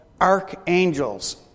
archangels